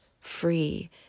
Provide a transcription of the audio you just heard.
free